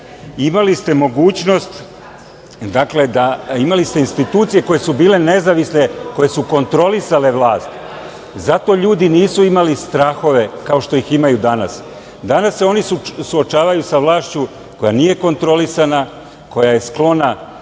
kandidata za predsednika. Imali ste institucije koje su bile nezavisne, koje su kontrolisale vlast. Zato ljudi nisu imali strahove, kao što ih ima i danas. Danas se oni suočavaju sa vlašću koja nije kontrolisana, koja je sklona